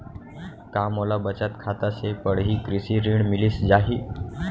का मोला बचत खाता से पड़ही कृषि ऋण मिलिस जाही?